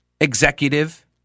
executive